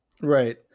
Right